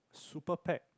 super pack